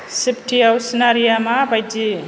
सिप्टियाव scenario मा बायदि